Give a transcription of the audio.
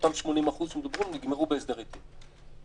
אותם 80% שמדברים עליהם נגמרו בהסדרי טיעון,